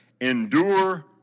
endure